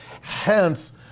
Hence